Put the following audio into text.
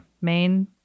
main